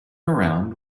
around